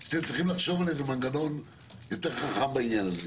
שהם צריכים לחשוב על מנגנון יותר חכם בעניין הזה.